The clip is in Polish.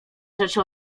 rzeczy